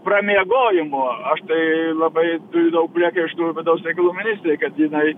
pramiegojimo aš tai labai daug priekaištų vidaus reikalų ministrei kad jinai